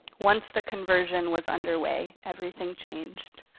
once the conversion was underway, everything changed.